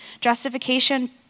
Justification